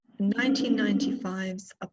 1995's